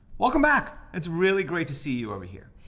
welcome back, it's really great to see you over here.